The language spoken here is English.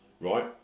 right